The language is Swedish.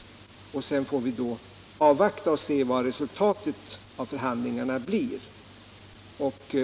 Sedan får vi avvakta och se vad resultatet av förhandlingarna blir.